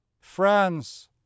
France